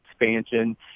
expansion